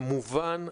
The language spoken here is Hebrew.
המובן,